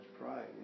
pride